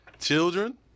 Children